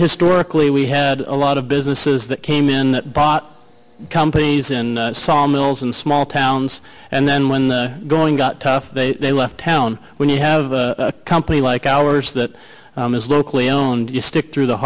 historically we had a lot of businesses that came in bought companies in sawmills and small towns and then when the going got tough they left town when you have a company like ours that is locally owned you stick through the